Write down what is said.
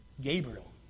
Gabriel